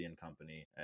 Company